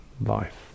life